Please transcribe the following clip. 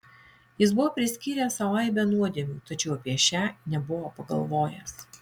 jis buvo priskyręs sau aibę nuodėmių tačiau apie šią nebuvo pagalvojęs